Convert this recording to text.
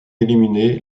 éliminé